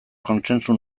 kontsentsu